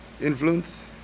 influence